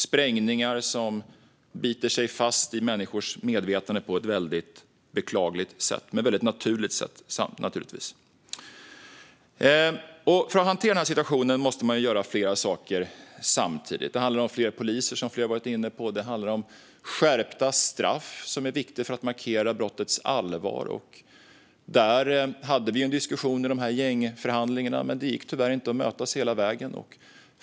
Sprängningar biter sig fast i människors medvetande - beklagligt men naturligt. För att hantera situationen måste man göra flera saker samtidigt. Det handlar om fler poliser, vilket flera har varit inne på. Det handlar om skärpta straff, vilket är viktigt för att markera brottets allvar. Där hade vi en diskussion i gängförhandlingarna, men det gick tyvärr inte att mötas hela vägen.